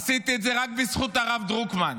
עשיתי את זה רק בזכות הרב דרוקמן,